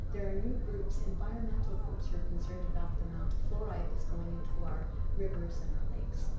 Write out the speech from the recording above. there are new groups, environmental groups, who are concerned about the amount of fluoride that's going into our rivers and our lakes.